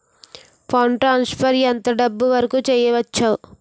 Fund transfer ఎంత డబ్బు వరుకు చేయవచ్చు?